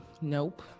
Nope